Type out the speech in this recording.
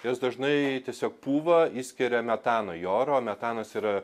jos dažnai tiesiog pūva išskiria metano į orą o metanas yra